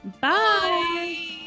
Bye